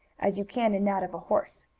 as you can in that of a horse.